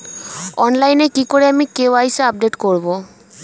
অনলাইনে কি করে আমি কে.ওয়াই.সি আপডেট করব?